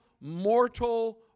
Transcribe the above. mortal